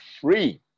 free